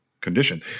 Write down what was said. condition